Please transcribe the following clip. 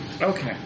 Okay